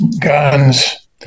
guns